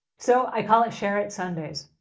so, i call it, share it sundays.